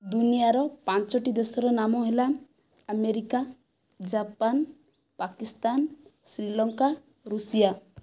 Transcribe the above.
ଦୁନିଆର ପାଞ୍ଚଟି ଦେଶର ନାମ ହେଲା America Japan Pakistan Sri Lanka Russia